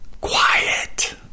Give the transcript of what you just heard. quiet